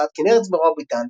הוצאת כנרת זמורה ביתן,